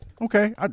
Okay